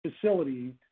facility